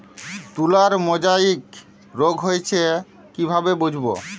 তুলার মোজাইক রোগ হয়েছে কিভাবে বুঝবো?